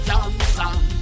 Johnson